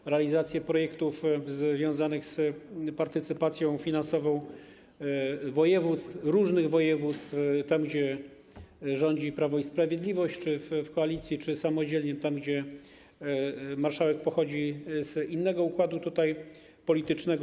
Są realizacje projektów związanych z partycypacją finansową województw - różnych województw, tam gdzie rządzi Prawo i Sprawiedliwość, czy w koalicji, czy samodzielnie, i tam gdzie marszałek pochodzi z innego układu politycznego.